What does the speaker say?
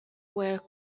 were